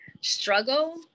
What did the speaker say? struggle